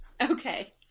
okay